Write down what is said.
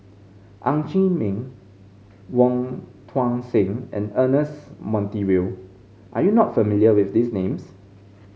Ng Chee Meng Wong Tuang Seng and Ernest Monteiro are you not familiar with these names